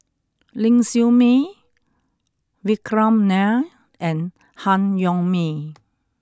Ling Siew May Vikram Nair and Han Yong May